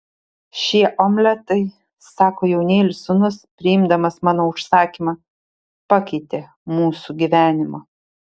šie omletai sako jaunėlis sūnus priimdamas mano užsakymą pakeitė mūsų gyvenimą